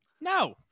No